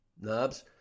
knobs